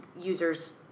users